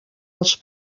els